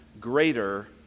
greater